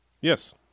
yes